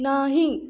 नाही